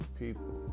people